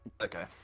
Okay